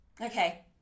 okay